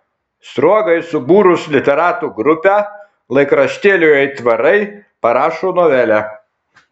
sruogai subūrus literatų grupę laikraštėliui aitvarai parašo novelę